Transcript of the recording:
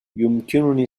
يمكنني